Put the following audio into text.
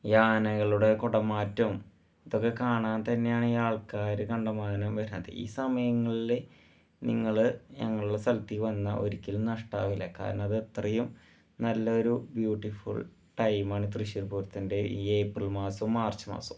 ഈ ആനകളുടെ കുടമാറ്റം അതൊക്കെ കാണാന് തന്നെയാണ് ഈ ആള്ക്കാര് കണ്ടമാനം വരുന്നത് ഈ സമയങ്ങളില് നിങ്ങള് ഞങ്ങളുടെ സ്ഥലത്തേക്ക് വന്നാൽ ഒരിക്കലും നഷ്ടമാവുകയില്ല കാരണം അതത്രയും നല്ല ഒരു ബ്യൂട്ടിഫുള് ടൈമാണ് തൃശ്ശൂര് പൂരത്തിന്റെ ഈ ഏപ്രില് മാസവും മാര്ച്ച് മാസവും